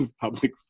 Public